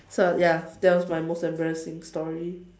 so ya that was my most embarrassing story